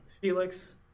Felix